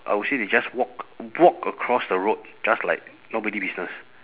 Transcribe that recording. I will say they just walk walk across the road just like nobody business